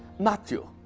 matthew,